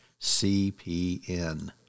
cpn